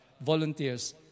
volunteers